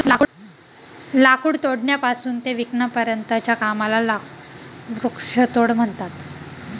लाकूड तोडण्यापासून ते विकण्यापर्यंतच्या कामाला वृक्षतोड म्हणतात